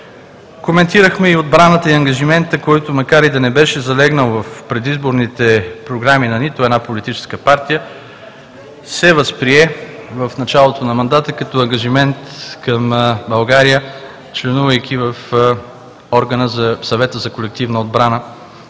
Коментирахме и отбраната и ангажимента, който макар и да не беше залегнал в предизборните програми на нито една политическа партия, се възприе в началото на мандата като ангажимент към България, членувайки в Съвета за колективна отбрана,